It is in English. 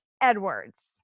Edwards